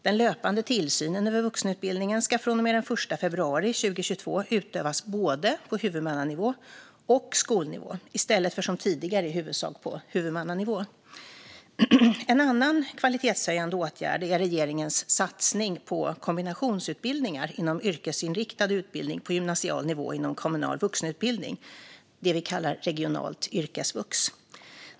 Den löpande tillsynen över vuxenutbildning ska från och med den 1 februari 2022 utövas både på huvudmannanivå och på skolnivå, i stället för som tidigare i huvudsak på huvudmannanivå. En annan kvalitetshöjande åtgärd är regeringens satsning på kombinationsutbildningar inom yrkesinriktad utbildning på gymnasial nivå inom kommunal vuxenutbildning, så kallat regionalt yrkesvux.